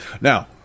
now